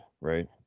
right